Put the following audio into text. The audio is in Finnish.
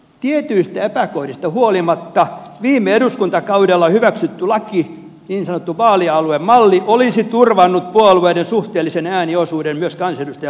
tietyistä epäkohdista huolimatta viime eduskuntakaudella hyväksytty laki niin sanottu vaalialuemalli olisi turvannut puolueiden suhteellisen ääniosuuden myös kansanedustajamäärissä